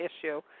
issue